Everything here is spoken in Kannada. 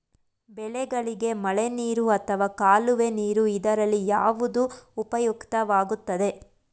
ಬೆಳೆಗಳಿಗೆ ಮಳೆನೀರು ಅಥವಾ ಕಾಲುವೆ ನೀರು ಇದರಲ್ಲಿ ಯಾವುದು ಉಪಯುಕ್ತವಾಗುತ್ತದೆ?